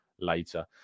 later